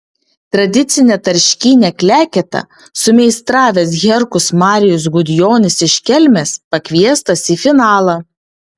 tradicinę tarškynę kleketą sumeistravęs herkus marijus gudjonis iš kelmės pakviestas į finalą